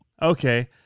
Okay